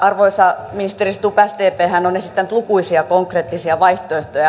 arvoisa ministeri stubb sdphän on esittänyt lukuisia konkreettisia vaihtoehtoja